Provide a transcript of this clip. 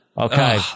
Okay